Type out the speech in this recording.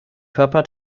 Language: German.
körper